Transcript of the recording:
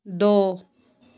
ਦੋ